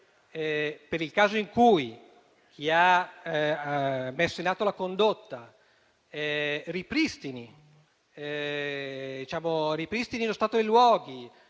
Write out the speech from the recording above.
nel caso in cui chi ha messo in atto la condotta ripristini lo stato dei luoghi,